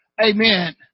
Amen